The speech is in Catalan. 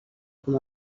com